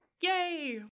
yay